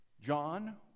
John